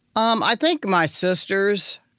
um i think my sisters,